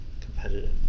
competitive